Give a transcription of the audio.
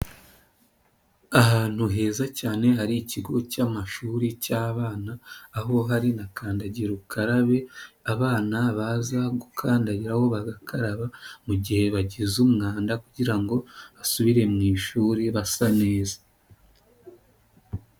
Ahantu heza cyane hari ikigo cy'amashuri cy'abana, aho hari na kandagira ukarabe, abana baza gukandagiraho bagakaraba mu gihe bagize umwanda kugira ngo basubire mu ishuri basa neza.